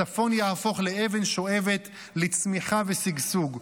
הצפון יהפוך לאבן שואבת לצמיחה ושגשוג.